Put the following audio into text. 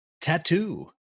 tattoo